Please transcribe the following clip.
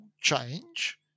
change